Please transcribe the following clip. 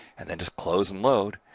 and then just close, and load,